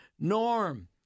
Norm